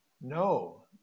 No